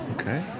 Okay